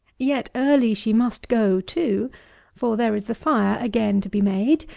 yet early she must go, too for, there is the fire again to be made,